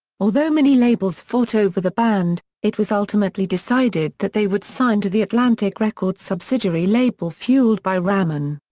although many labels fought over the band, it was ultimately decided that they would sign to the atlantic records subsidiary label fueled by ramen.